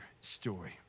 story